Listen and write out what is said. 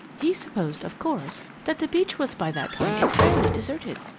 he supposed, of course, that the beach was by that time entirely deserted.